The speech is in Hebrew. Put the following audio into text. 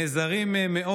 נעזרים מאוד